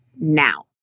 now